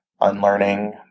unlearning